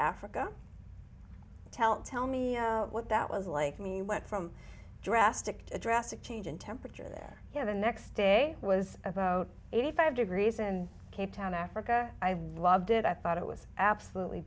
africa tell tell me what that was like me went from drastic drastic change in temperature that you know the next day was about eighty five degrees in cape town africa i loved it i thought it was absolutely